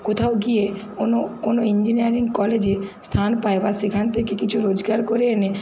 কোথাও গিয়ে কোনো কোনো ইঞ্জিনিয়ারিং কলেজে স্থান পায় বা সেখান থেকে কিছু রোজগার করে এনে